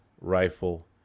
rifle